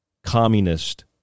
communist